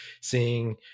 seeing